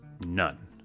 none